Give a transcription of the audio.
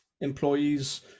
employees